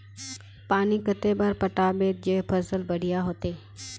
पानी कते बार पटाबे जे फसल बढ़िया होते?